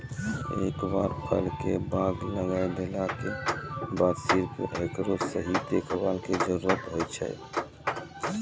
एक बार फल के बाग लगाय देला के बाद सिर्फ हेकरो सही देखभाल के जरूरत होय छै